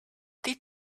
did